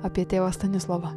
apie tėvą stanislovą